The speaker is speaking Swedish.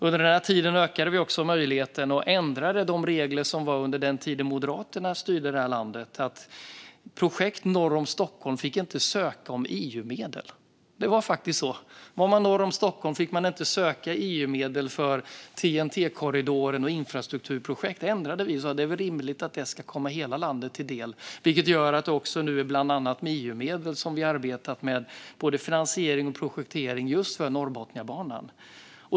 Under den här tiden ökade vi också möjligheten. Vi ändrade de regler som gällde under den tid Moderaterna styrde det här landet. Projekt norr om Stockholm fick inte söka EU-medel. Det var faktiskt så. Var man norr om Stockholm fick man inte söka EU-medel för TNT-korridoren och infrastrukturprojekt. Det ändrade vi. Det är väl rimligt att det ska komma hela landet till del. Det gör att vi nu bland annat med EU-medel arbetat med både finansiering och projektering just för Norrbotniabanan.